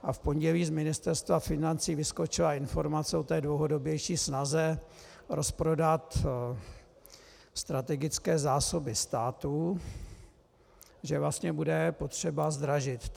A v pondělí z Ministerstva financí vyskočila informace o té dlouhodobější snaze rozprodat strategické zásoby státu, že vlastně bude potřeba zdražit.